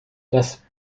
das